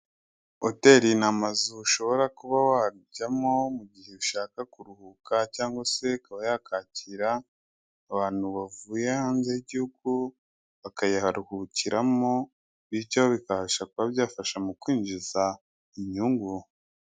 Hoteri ni amazu ushobora kuba wajyamo mu gihe ushaka kuruhuka cyangwa se ukaba yakakira abantu bavuye hanze y'igihugu, bakayaharuhukiramo bityo bikabasha kuba byafasha mu kwinjiza inyungu.